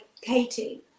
Katie